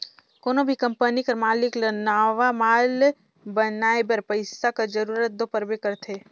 कोनो भी कंपनी कर मालिक ल नावा माल बनाए बर पइसा कर जरूरत दो परबे करथे